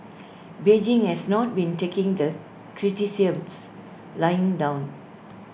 Beijing has not been taking the criticisms lying down